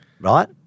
right